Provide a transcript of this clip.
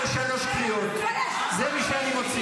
בואי, דבי.